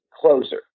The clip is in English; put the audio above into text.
closer